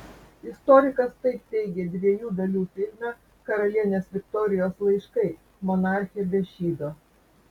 istorikas taip teigė dviejų dalių filme karalienės viktorijos laiškai monarchė be šydo